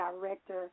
director